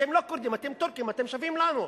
אתם לא כורדים, אתם טורקים, אתם שווים לנו.